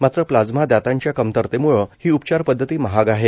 मात्र प्लाझ्मा दात्यांच्या कमतरतेम्ळे ही उपचार पद्धती महाग आहे